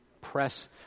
press